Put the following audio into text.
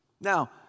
Now